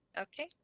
Okay